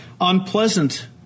unpleasant